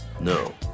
No